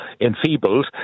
enfeebled